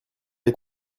est